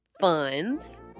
funds